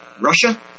Russia